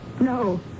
No